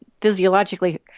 physiologically